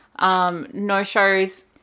No-shows